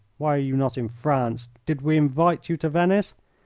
why are you not in france? did we invite you to venice?